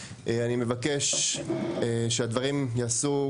אני מבקש שהדברים ייעשו,